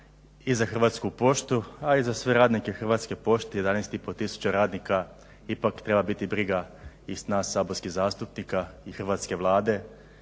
i za Hrvatsku poštu, a i za sve radnike Hrvatske pošte 11,5 tisuća radnika ipak treba biti briga i nas saborskih zastupnika i hrvatske Vlade,